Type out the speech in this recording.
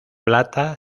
plata